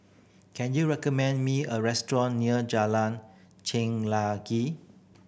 can you recommend me a restaurant near Jalan